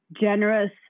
generous